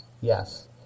yes